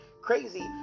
crazy